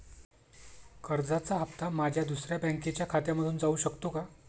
कर्जाचा हप्ता माझ्या दुसऱ्या बँकेच्या खात्यामधून जाऊ शकतो का?